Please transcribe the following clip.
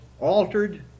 altered